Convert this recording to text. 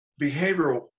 Behavioral